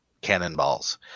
cannonballs